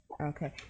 okay